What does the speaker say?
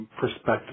Perspective